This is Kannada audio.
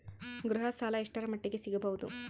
ಗೃಹ ಸಾಲ ಎಷ್ಟರ ಮಟ್ಟಿಗ ಸಿಗಬಹುದು?